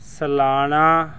ਸਲਾਨਾ